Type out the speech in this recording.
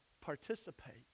participate